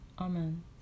Amen